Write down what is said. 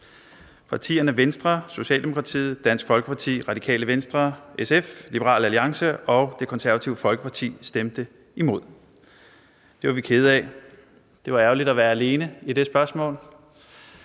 Partierne Venstre, Socialdemokratiet, Dansk Folkeparti, Radikale Venstre, SF, Liberal Alliance og Det Konservative Folkeparti stemte imod. Det var vi kede af, det var ærgerligt at være alene i det spørgsmål.